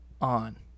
on